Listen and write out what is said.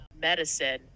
medicine